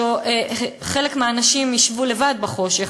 שחלק מהאנשים ישבו לבד בחושך,